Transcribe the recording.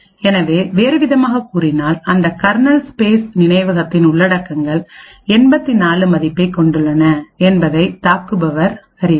எனவே வேறுவிதமாகக் கூறினால் அந்த கர்னல்ஸ்பேஸ் நினைவகத்தின் உள்ளடக்கங்கள் 84 மதிப்பைக் கொண்டுள்ளன என்பதை தாக்குபவர் அறிவார்